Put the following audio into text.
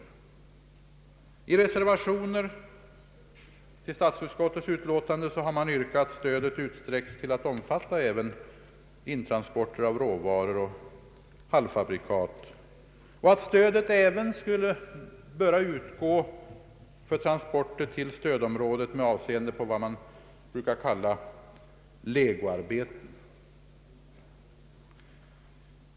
I det fallet har i reservationer till utskottets utlåtande yrkats att stödet skall utsträc kas till att omfatta även intransporter av råvaror och halvfabrikat och att stödet även skall kunna utgå för transporter till stödområdet av vad man kallar legoarbeten.